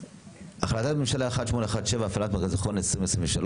החלטת ממשלה 1817 הפעלת מרכזי חוסן 2023,